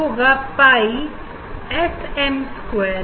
जो होगा pi S M square के